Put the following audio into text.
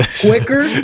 Quicker